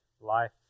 life